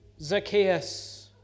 Zacchaeus